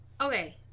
Okay